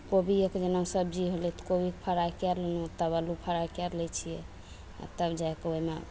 कोबियेके जेना सब्जी होलय तऽ कोबीके फ्राई कए लेलहुँ तब अल्लू फ्राई कए लै छियै आओर तब जा कऽ ओइमे